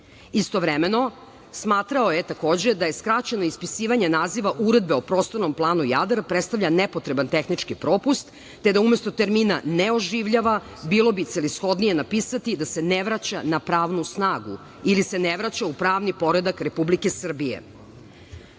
neustavnom. Istovremeno, smatrao je da skraćeno ispisivanje naziva Uredbe o Prostornom planu Jadar predstavlja nepotreban tehnički propust, te da umesto termina „ne oživljava“ bilo bi celishodnije napisati da se ne vraća na pravnu snagu ili se ne vraća u pravni poredak Republike Srbije.U